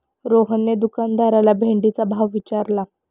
रोहनने दुकानदाराला भेंडीचा भाव विचारला